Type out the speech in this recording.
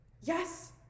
Yes